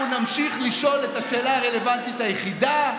אנחנו נמשיך לשאול את השאלה הרלוונטית היחידה: